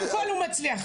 קודם כל, הוא מצליח.